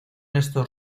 estos